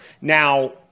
Now